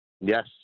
Yes